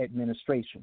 administration